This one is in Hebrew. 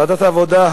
ועדת העבודה,